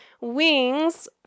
wings